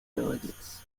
delegates